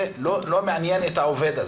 זה לא מעניין את העובד.